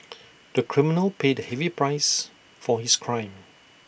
the criminal paid A heavy price for his crime